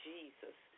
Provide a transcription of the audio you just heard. Jesus